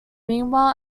meanwhile